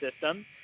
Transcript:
system